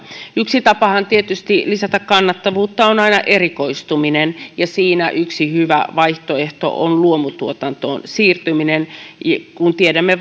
yksi tapa lisätä kannattavuutta on tietysti aina erikoistuminen ja siinä yksi hyvä vaihtoehto on luomutuotantoon siirtyminen varsinkin kun tiedämme